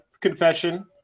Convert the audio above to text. confession